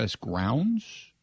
grounds